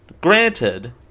Granted